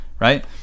Right